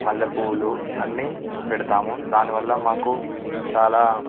మల్లెపూలు అన్నీ పెడతాము దానివల్ల మాకు చాలా